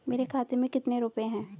मेरे खाते में कितने रुपये हैं?